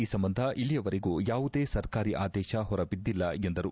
ಈ ಸಂಬಂಧ ಇಲ್ಲಿಯವರೆಗೂ ಯಾವುದೇ ಸರ್ಕಾರಿ ಆದೇಶ ಹೊರ ಬಿದ್ದಿಲ್ಲ ಎಂದರು